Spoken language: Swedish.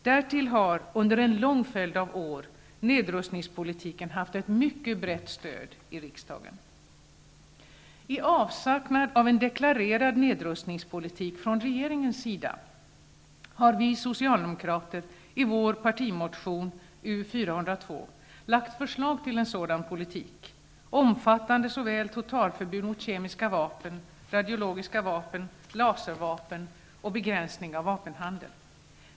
Därtill har under en lång följd av år nedrustningspolitiken haft ett mycket brett stöd i riksdagen. I avsaknad av en deklarerad nedrustningspolitik från regeringens sida har vi socialdemokrater i vår partimotion U402 lagt fram förslag till en sådan politik, omfattande såväl totalförbud mot kemiska vapen, radiologiska vapen, laservapen som begränsning av vapenhandel.